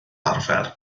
arfer